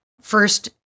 first